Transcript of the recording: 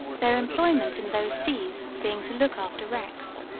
their employment in those seas being to look after wrecks.